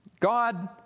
God